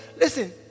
Listen